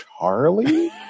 charlie